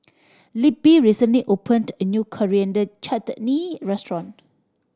Libby recently opened a new Coriander Chutney restaurant